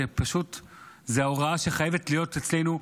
זו ההוראה שחייבת להיות אצלנו,